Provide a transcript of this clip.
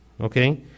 okay